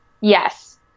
Yes